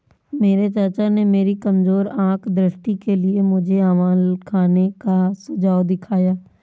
मेरे चाचा ने मेरी कमजोर आंख दृष्टि के लिए मुझे आंवला खाने का सुझाव दिया है